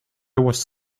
was